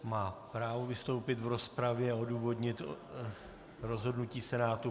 Má právo vystoupit v rozpravě a odůvodnit rozhodnutí Senátu.